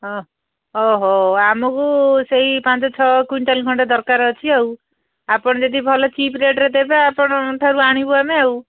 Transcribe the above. ଓହୋ ଆମକୁ ସେଇ ପାଞ୍ଚ ଛଅ କୁଇଣ୍ଟାଲ୍ ଖଣ୍ଡେ ଦରକାର ଅଛି ଆଉ ଆପଣ ଯଦି ଭଲ ଚିପ୍ ରେଟ୍ରେ ଦେବେ ଆପଣଙ୍କ ଠାରୁ ଆଣିବୁ ଆମେ ଆଉ